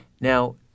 Now